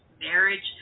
marriage